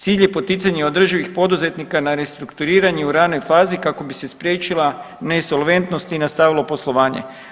Cilj je poticanje održivih poduzetnika na restrukturiranje u ranijoj fazi kako bi se spriječila nesolventnost i nastavilo poslovanje.